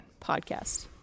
podcast